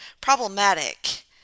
problematic